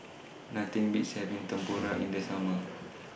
Nothing Beats having Tempura in The Summer